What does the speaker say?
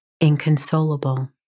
inconsolable